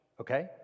Okay